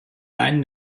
line